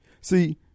see